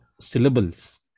syllables